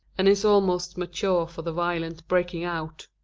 and is almost mature for the violent breaking out.